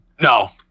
No